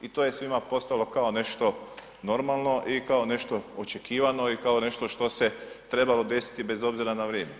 I to je svima postalo kao nešto normalno i kao nešto očekivano i kao nešto što se trebalo desiti bez obzira na vrijeme.